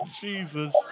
Jesus